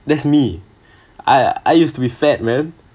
that's me I I used to be fat man